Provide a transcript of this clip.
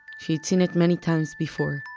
she had seen it many times before.